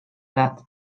debt